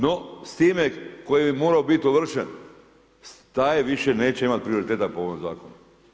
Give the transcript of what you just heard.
No s time tko bi morao biti ovršen taj više neće imati prioriteta po ovome zakonu.